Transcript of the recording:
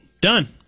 Done